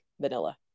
vanilla